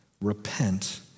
Repent